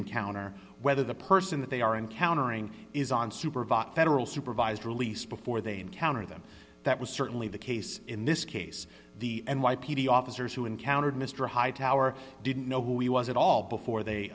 encounter whether the person that they are encountering is on supervised federal supervised release before they encounter them that was certainly the case in this case the n y p d officers who encountered mr hightower didn't know who he was at all before they